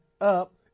up